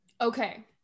Okay